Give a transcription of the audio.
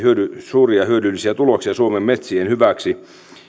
suuria hyödyllisiä tuloksia suomen metsien hyväksi